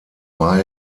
war